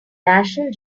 national